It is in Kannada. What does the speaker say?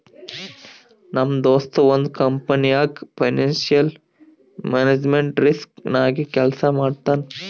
ನಮ್ ದೋಸ್ತ ಒಂದ್ ಕಂಪನಿನಾಗ್ ಫೈನಾನ್ಸಿಯಲ್ ಮ್ಯಾನೇಜ್ಮೆಂಟ್ ರಿಸ್ಕ್ ನಾಗೆ ಕೆಲ್ಸಾ ಮಾಡ್ತಾನ್